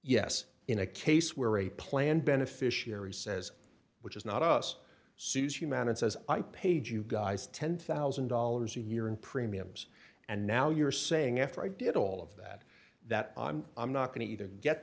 yes in a case where a plan beneficiary says which is not us sues you man and says i paid you guys ten thousand dollars a year in premiums and now you're saying after i did all of that that i'm not going to either get